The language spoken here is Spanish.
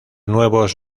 nuevos